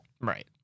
Right